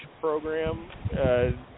program